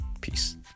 Peace